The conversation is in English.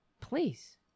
Please